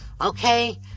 Okay